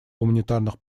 гуманитарных